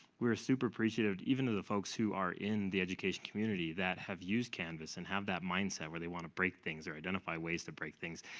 we are super appreciative, even to the folks who are in the education community, that have used canvas, and have that mindset where they want to break things, or identify ways to break things.